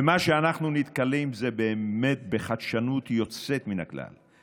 ומה שאנחנו נתקלים בו זה באמת בחדשנות יוצאת מן הכלל.